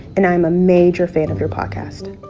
and i'm a major fan of your podcast.